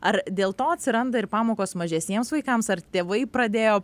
ar dėl to atsiranda ir pamokos mažesniems vaikams ar tėvai pradėjo